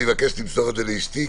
אני מבקש שתמסור לאשתי,